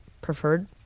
preferred